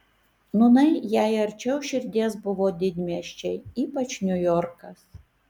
nūnai jai arčiau širdies buvo didmiesčiai ypač niujorkas